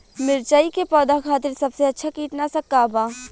मिरचाई के पौधा खातिर सबसे अच्छा कीटनाशक का बा?